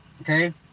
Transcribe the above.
Okay